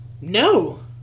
No